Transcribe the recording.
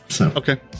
Okay